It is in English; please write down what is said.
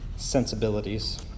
Sensibilities